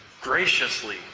graciously